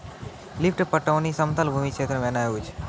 lift पटौनी समतल भूमी क्षेत्र मे नै होय छै